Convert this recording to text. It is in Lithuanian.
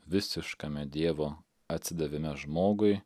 visiškame dievo atsidavime žmogui